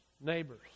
neighbors